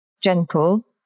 gentle